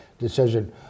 Decision